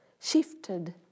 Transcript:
shifted